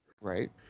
Right